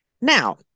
Now